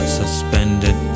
suspended